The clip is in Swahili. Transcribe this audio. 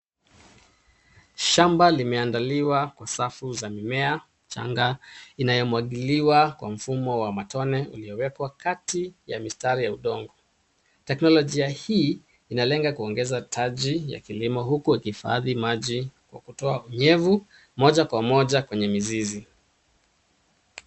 Shamba limeandaliwa kwa safu za mimea michanga inayomwangiliwa kwa mfumo wa matone iliyowekwa kati ya mistari ya udongo. Teknolojia hii inalenga kuongeza taji ya kilimo huku ikihifadhi maji kwa kuto unyevu moja kwa moja kwenye mizizi.